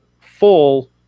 full